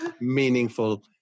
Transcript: meaningful